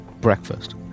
breakfast